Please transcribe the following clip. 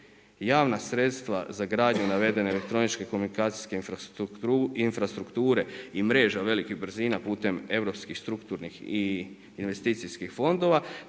javna sredstva za gradnju navedene elektroničke komunikacijske infrastrukture i mreža velikih brzina putem europskih, strukturnih i investicijskih fondova,